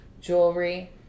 jewelry